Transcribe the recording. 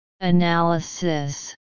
Analysis